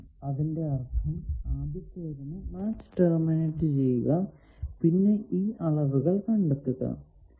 അതിന്റെ അർഥം ആദ്യത്തേതിനെ മാച്ച് ടെർമിനേറ്റ് ചെയ്യുക പിന്നെ ഈ അളവുകൾ കണ്ടെത്തുക എന്നതാണ്